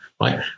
right